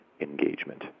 engagement